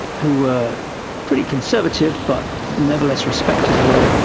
who were pretty conservative but nevertheless respected the law,